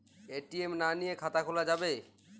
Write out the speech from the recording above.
ATM না নিয়ে খাতা খোলা যাবে?